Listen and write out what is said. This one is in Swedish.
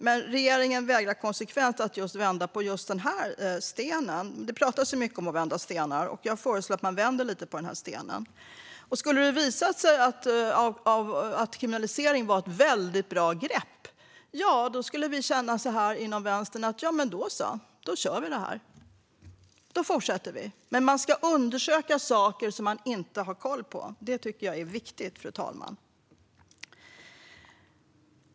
Men regeringen vägrar konsekvent att vända på den stenen. Det pratas mycket om att vända stenar, och jag föreslår att man vänder lite på den stenen. Om det skulle visa sig att kriminalisering är ett mycket bra grepp, då skulle vi inom Vänstern säga: Då så, då kör vi. Vi fortsätter. Man ska undersöka saker man inte har koll på. Det är viktigt, fru talman.